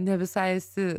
ne visai esi